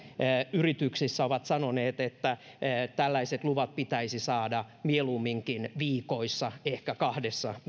yrityksissä ovat sanoneet että tällaiset luvat pitäisi saada mieluumminkin viikoissa ehkä kahdessa